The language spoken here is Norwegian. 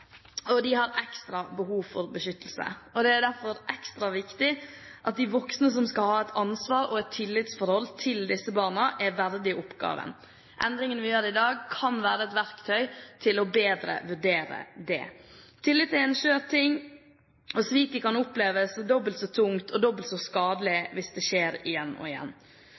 og de har ekstra behov for beskyttelse. Det er derfor ekstra viktig at de voksne som skal ha et ansvar for og et tillitsforhold til disse barna, er verdige oppgaven. Endringene vi gjør i dag, kan være et verktøy til bedre å vurdere det. Tillit er en skjør ting, og sviket kan oppleves dobbelt så tungt og være dobbelt så skadelig hvis det skjer igjen og igjen.